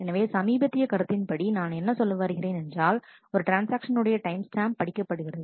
எனவே சமீபத்திய கருத்தின்படி நான் என்ன சொல்ல வருகிறேன் என்றால் ஒரு ட்ரான்ஸ்ஆக்ஷன் உடைய டைம் ஸ்டாம்ப் படிக்கப்படுகிறது